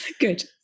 Good